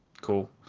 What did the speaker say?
cool